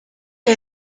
que